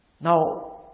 Now